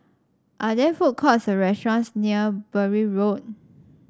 are there food courts or restaurants near Bury Road